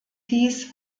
hieß